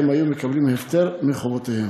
הם היו מקבלים הפטר מחובותיהם.